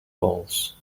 bowls